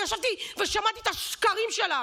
אני ישבתי ושמעתי את השקרים שלך.